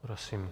Prosím.